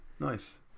Nice